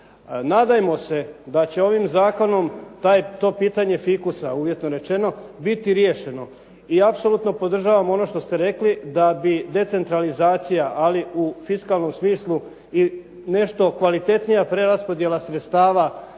Nadajmo se da će ovim zakonom to pitanje fikusa, uvjetno rečeno biti riješeno. I apsolutno podržavam ono što ste rekli da bi decentralizacija, ali u fiskalnom smislu i nešto kvalitetnija preraspodjela sredstava